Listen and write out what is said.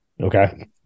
Okay